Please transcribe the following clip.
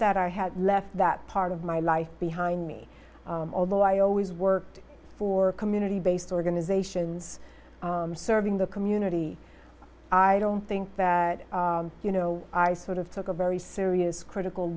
that i had left that part of my life behind me although i always worked for community based organizations serving the community i don't think that you know i sort of took a very serious critical